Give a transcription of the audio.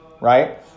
right